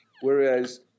Whereas